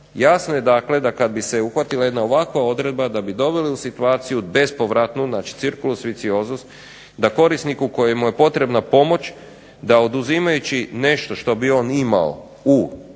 razumije se./… kad bi se uhvatila jedna ovakva odredba da bi doveli u situaciju bespovratnu znači circulus vitiosus, da korisniku kojemu je potrebna pomoć da oduzimajući nešto što bi on imao u